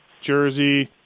Jersey